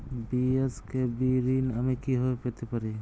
BSKB ঋণ আমি কিভাবে পেতে পারি?